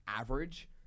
average